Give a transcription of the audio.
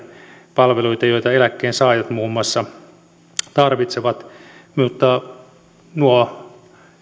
palveluita joita muun muassa eläkkeensaajat tarvitsevat mutta nuo